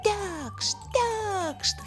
tekšt tekšt